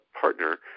partner